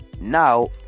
now